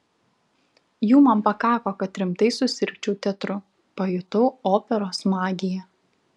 jų man pakako kad rimtai susirgčiau teatru pajutau operos magiją